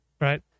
right